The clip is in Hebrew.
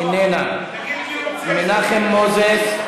איננה, מנחם מוזס,